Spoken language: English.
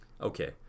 Okay